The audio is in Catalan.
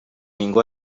ningú